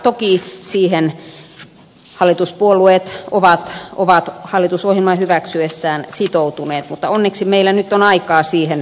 toki siihen hallituspuolueet ovat hallitusohjelman hyväksyessään sitoutuneet mutta onneksi meillä nyt on aikaa siihen sopeutua